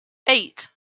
eight